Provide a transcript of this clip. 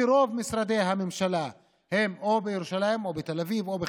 כי רוב משרדי הממשלה הם או בירושלים או בתל אביב או בחיפה,